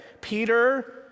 Peter